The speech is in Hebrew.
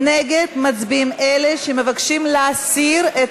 נגד מצביעים אלה שמבקשים להסיר את